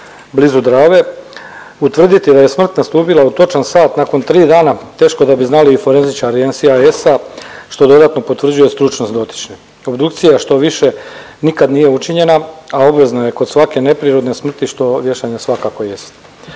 blizu Drave, utvrditi da je smrt nastupila u točan sat nakon tri dana teško da bi znali i forenzičari NSS-a što dodatno potvrđuje stručnost dotične. Obdukcija štoviše nikad nije učinjena, a obvezna je kod svake neprirodne smrti što vješanje svakako jest.